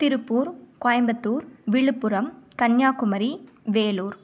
Tiruppur Coimbatore Villupuram Kanyakumari Vellore